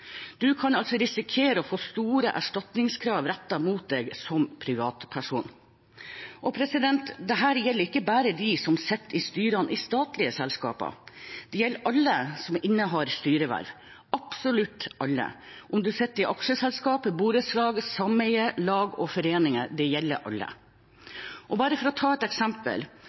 kan altså risikere å få store erstatningskrav rettet mot seg som privatperson. Dette gjelder ikke bare de som sitter i styrer i statlige selskaper, det gjelder alle som innehar styreverv, absolutt alle styrer. Om man sitter i aksjeselskaper, borettslag, sameier, lag og foreninger – det gjelder alle. For å ta et eksempel: